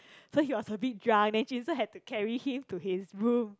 so he was a bit drunk then jun sheng had to carry him to his room